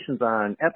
on